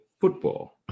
football